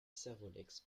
servolex